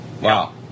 Wow